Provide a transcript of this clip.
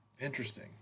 Interesting